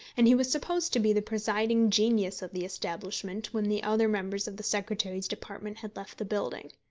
and he was supposed to be the presiding genius of the establishment when the other members of the secretary's department had left the building.